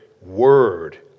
word